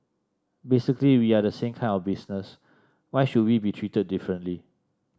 basically we are the same kind of business why should we be treated differently